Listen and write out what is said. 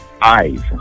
Eyes